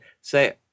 say